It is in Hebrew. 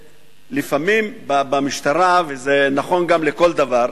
לפעמים במשטרה, וזה נכון גם לכל דבר,